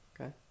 Okay